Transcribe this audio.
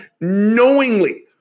knowingly